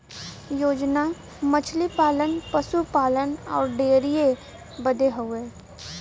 योजना मछली पालन, पसु पालन अउर डेयरीए बदे हउवे